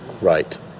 Right